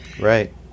Right